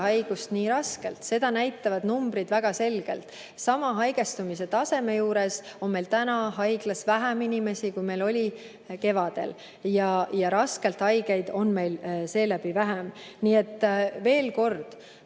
haigust nii raskelt, seda näitavad numbrid väga selgelt. Sama haigestumise taseme juures on meil täna haiglas vähem inimesi, kui meil oli kevadel, raskelt haigeid on meil seeläbi vähem. Nii et veel kord: